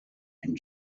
and